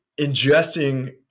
ingesting